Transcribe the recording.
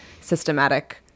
systematic